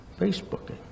Facebooking